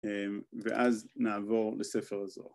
‫ואז נעבור לספר זו.